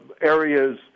areas